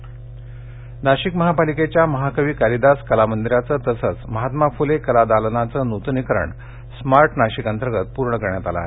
नाशिक नाशिक महापालिकेच्या महाकवी कालिदास कला मंदिराचं तसंच महात्मा फुले कला दालनाचं नूतनीकरण स्मार्ट नाशिक अंतर्गत पूर्ण करण्यात आलं आहे